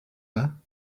her